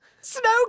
Snow